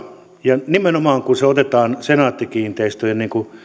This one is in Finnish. ja nimenomaan kun senaatti kiinteistöjen